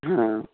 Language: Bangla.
হ্যাঁ